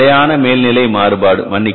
எனவே நிலையான மேல் நிலை மாறுபாடு